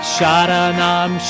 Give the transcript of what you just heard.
Sharanam